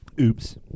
oops